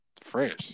Fresh